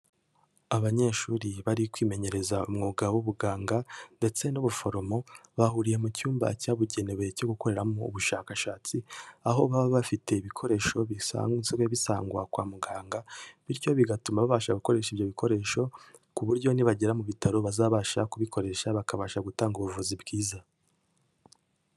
Abanyeshuri bari kwimenyereza umwuga w'ubuganga ndetse n'ubuforomo, bahuriye mu cyumba cyabugenewe cyo gukoreramo ubushakashatsi, aho baba bafite ibikoresho bisanzwe bisangwa kwa muganga bityo bigatuma babasha gukoresha ibyo bikoresho ku buryo nibagera mu bitaro bazabasha kubikoresha bakabasha gutanga ubuvuzi bwiza.